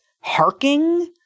harking